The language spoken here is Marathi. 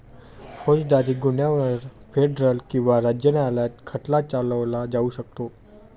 फौजदारी गुन्ह्यांवर फेडरल किंवा राज्य न्यायालयात खटला चालवला जाऊ शकतो